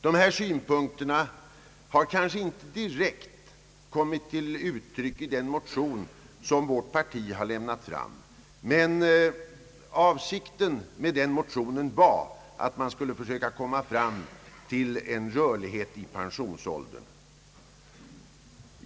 Dessa synpunkter har kanske inte direkt kommit till uttryck i den motion som vårt parti lämnat fram, men avsikten med motionen var att försöka uppnå en rörlig pensionsålder.